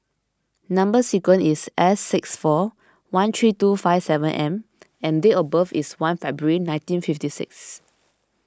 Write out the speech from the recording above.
Number Sequence is S six four one three two five seven M and date of birth is one February nineteen fifty six